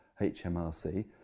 HMRC